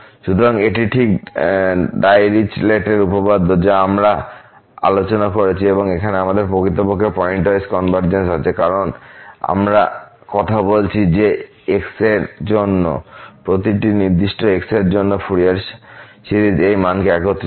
সুতরাং এটি ঠিক ডাইরিচলেট উপপাদ্য যা আমরা আলোচনা করেছি এবং সেখানে আমাদের প্রকৃতপক্ষে পয়েন্টওয়াইজ কনভারজেন্স আছে কারণ আমরা কথা বলছি যে প্রতিটি x এরজন্য প্রতিটি নির্দিষ্ট x এর জন্য ফুরিয়ার সিরিজ এই মানকে একত্রিত করে